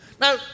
Now